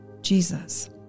Jesus